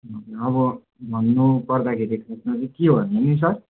अब भन्नु पर्दाखेरि के भन्ने नि सर